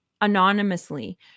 anonymously